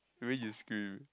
when you scream